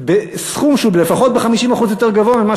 בסכום שהוא גבוה לפחות ב-50% ממה